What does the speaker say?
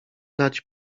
dać